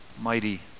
mighty